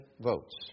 votes